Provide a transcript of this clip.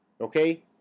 Okay